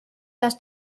las